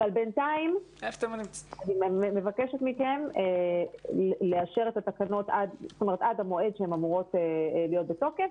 בינתיים אני מבקשת מכם לאשר את התקנות עד המועד שהן אמורות להיות בתוקף.